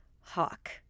Hawk